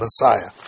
Messiah